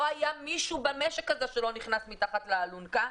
ולא היה מישהו במשק שלא נכנס מתחת לאלונקה,